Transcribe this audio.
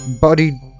body